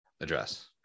address